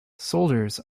soldiers